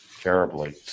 terribly